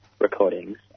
recordings